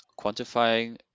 Quantifying